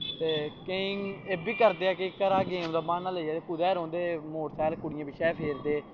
ते केईं एह् बी करदे ऐ कि घरा गेम दा बहान्ना लाइयै ते कुदै रौंह्दे मोटर सैकल कुड़ियैं पिच्छें गै फिरदे